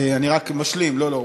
אני רק משלים לא, לא,